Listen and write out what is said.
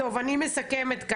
אני מסכמת.